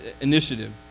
initiative